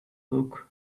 look